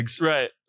right